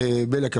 אמר בליאק,